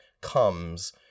comes